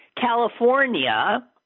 California –